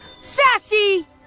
Sassy